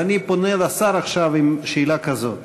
אז אני פונה לשר עכשיו עם שאלה כזאת: